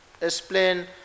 explain